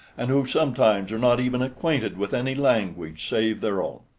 and who sometimes are not even acquainted with any language save their own.